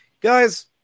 guys